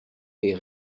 est